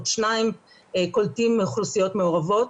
קולטים אוכלוסיות מעורבות.